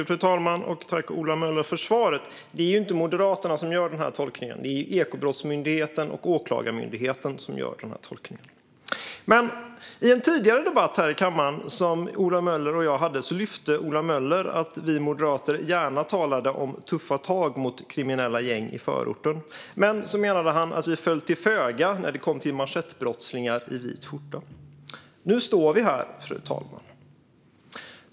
Fru talman! Jag tackar Ola Möller för svaret. Det är inte Moderaterna som gör denna tolkning, utan det är Ekobrottsmyndigheten och Åklagarmyndigheten som gör denna tolkning. I en tidigare debatt här i kammaren som Ola Möller och jag hade lyfte han fram att vi moderater gärna talar om tuffa tag mot kriminella gäng i förorten. Men han menade att vi föll till föga när det kom till manschettbrottslingar i vit skjorta. Nu står vi här, fru talman.